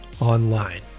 online